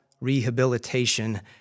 rehabilitation